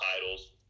titles